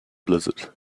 blizzard